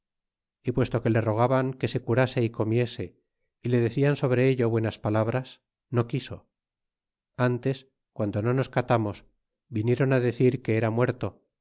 y puesto que le rogaban que se curase y comiese y le decian sobre ello buenas palabras no quiso antes guando no nos catamos viniéron á decir que era muerto